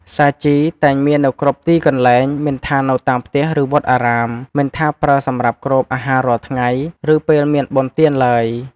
សាជីតែងមាននៅគ្រប់ទីកន្លែង មិនថានៅតាមផ្ទះឬវត្តអារាម មិនថាប្រើសម្រាប់គ្របអាហាររាល់ថ្ងៃ ឬពេលមានបុណ្យទានឡើយ។